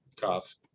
Cough